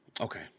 okay